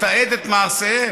לתעד את מעשיהם.